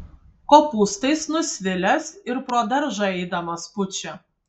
kopūstais nusvilęs ir pro daržą eidamas pučia